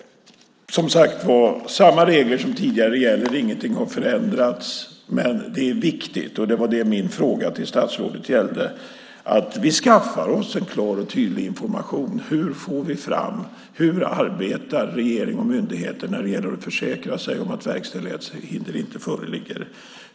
Som sagt var: Samma regler som tidigare gäller. Ingenting har förändrats. Men det är viktigt - och det var det som min fråga till statsrådet gällde - att vi skaffar oss en klar och tydlig information om hur regering och myndigheter arbetar för att försäkra sig om att verkställighetshinder inte föreligger.